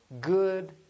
good